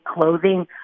clothing